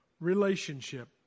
relationship